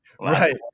right